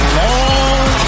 long